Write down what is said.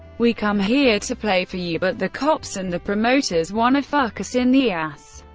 we come here to play for you, but the cops and the promoters wanna fuck us in the ass.